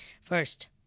First